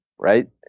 right